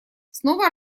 снова